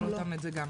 גם לא?